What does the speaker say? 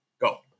Go